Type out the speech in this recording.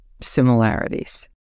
similarities